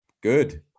good